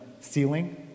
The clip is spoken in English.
ceiling